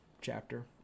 chapter